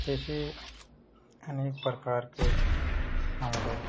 जैसे अनेक प्रकार के हमलोग